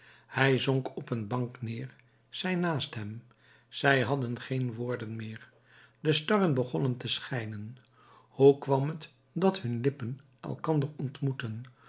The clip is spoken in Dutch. hij zonk op een bank neer zij naast hem zij hadden geen woorden meer de starren begonnen te schijnen hoe kwam het dat hun lippen elkander ontmoetten